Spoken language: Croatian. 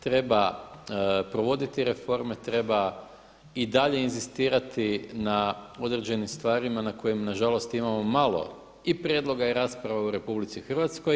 Treba provoditi reforme, treba i dalje inzistirati na određenim stvarima na kojima nažalost imamo i malo i prijedloga i rasprava u RH.